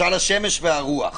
משל השמש והרוח.